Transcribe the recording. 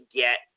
get